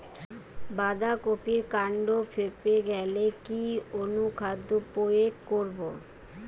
বাঁধা কপির কান্ড ফেঁপে গেলে কি অনুখাদ্য প্রয়োগ করব?